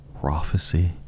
prophecy